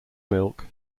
milk